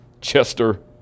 Chester